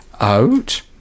out